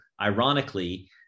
ironically